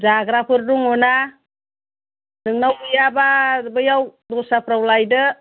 जाग्राफोर दङ ना नोंनाव गैयाबा बैयाव दस्राफ्राव लायदो